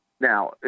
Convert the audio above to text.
Now